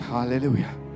Hallelujah